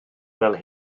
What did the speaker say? fel